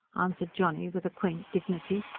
answered johnny with a quaint dignity.